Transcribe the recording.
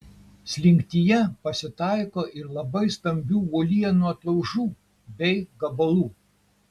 slinktyje pasitaiko ir labai stambių uolienų atlaužų bei gabalų